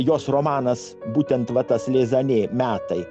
jos romanas būtent va tas liza nė metai